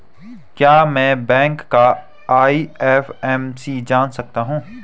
क्या मैं बैंक का आई.एफ.एम.सी जान सकता हूँ?